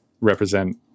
represent